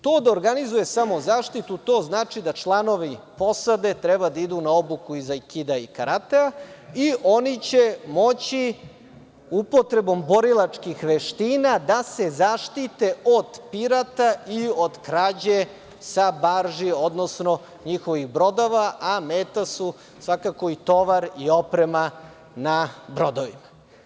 To da organizuje samozaštitu, to znači da članovi posade treba da idu na obuku iz aikidai karatea i oni će moći upotrebom borilačkih veština da se zaštite od pirata i od krađe sa barži, odnosno njihovih brodova, a meta su svakako i tovar i oprema na brodovima.